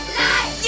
life